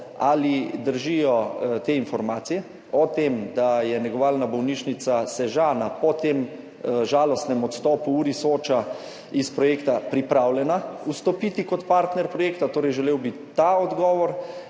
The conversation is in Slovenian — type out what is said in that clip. ali držijo informacije o tem, da je negovalna bolnišnica Sežana po žalostnem odstopu URI Soča od projekta pripravljena vstopiti kot partner projekta. Želel bi ta odgovor.